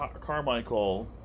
Carmichael